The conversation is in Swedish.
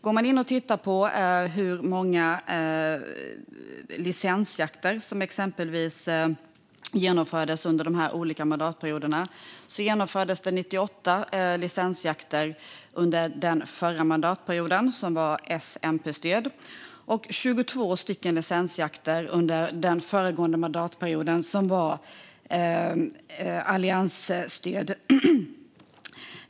Går man in och tittar på hur många licensjakter som exempelvis genomfördes under de olika mandatperioderna ser man att det genomfördes 98 licensjakter under den förra mandatperioden, som var S-MP-styrd, och 22 licensjakter under den föregående mandatperioden, som var alliansstyrd.